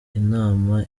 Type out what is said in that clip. inama